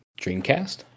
Dreamcast